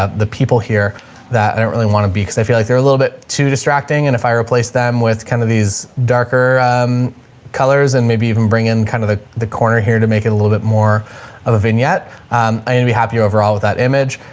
ah the people here that i don't really want to be cause i feel like they're a little bit too distracting. and if i replace them with kind of these darker colors and maybe even bring in kind of the, the corner here to make it a little bit more of a vignette, um i need to be happy overall with that image.